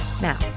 Now